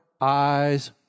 Eyes